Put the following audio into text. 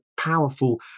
powerful